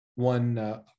One